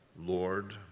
Lord